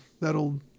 That'll